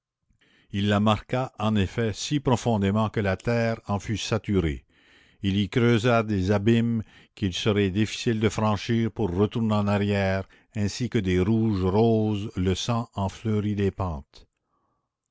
il la marqua en effet si profondément que la terre en fut saturée il y creusa des abîmes qu'il serait difficile de franchir pour retourner en arrière ainsi que des rouges roses le sang en fleurit les pentes